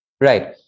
Right